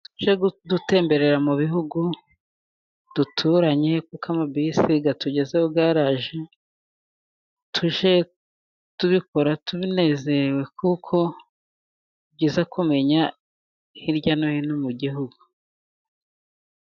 Tujye dutemberera mu bihugu duturanye kuko amabisi atugezayo yaraje, tujye tubikora tunezerewe kuko ni byiza kumenya hirya no hino mu gihugu.